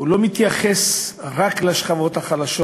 לא מתייחס רק לשכבות החלשות.